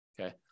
Okay